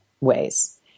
ways